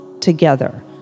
together